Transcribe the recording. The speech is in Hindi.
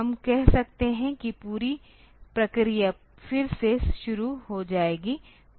हम कह सकते हैं कि पूरी प्रक्रिया फिर से शुरू हो जाएगी